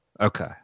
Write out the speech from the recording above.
okay